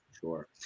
Sure